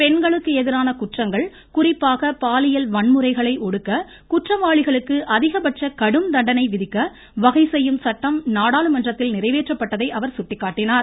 பெண்களுக்கு எதிரான குற்றங்கள் குறிப்பாக பாலியல் வன்முறைகளை ஒடுக்க குற்றவாளிகளுக்கு அதிகபட்ச கடும் தண்டனை விதிக்க வகை செய்யும் சட்டம் நாடாளுமன்றத்தில் நிறைவேற்றப்பட்டதை அவர் சுட்டிக்காட்டினார்